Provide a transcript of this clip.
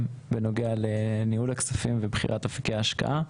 בנוגע לניהול הכספים ובחירת אפיקי ההשקעה.